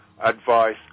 advice